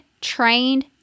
trained